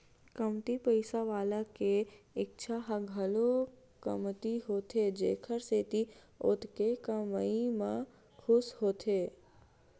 कमती पइसा वाला के इच्छा ह घलो कमती होथे जेखर सेती ओतके कमई म खुस होथे